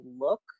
look